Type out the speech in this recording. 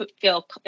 feel